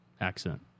accent